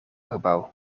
gebouw